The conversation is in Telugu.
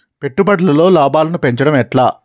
పెట్టుబడులలో లాభాలను పెంచడం ఎట్లా?